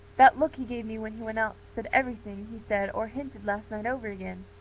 that look he gave me when he went out said everything he said or hinted last night over again.